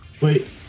Wait